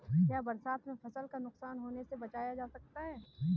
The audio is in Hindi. क्या बरसात में फसल को नुकसान होने से बचाया जा सकता है?